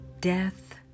death